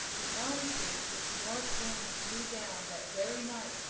the elm-tree which north wind blew down that very night,